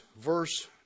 verse